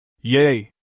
Yay